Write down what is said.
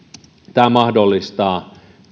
tämä mahdollistaa